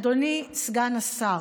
אדוני סגן השר,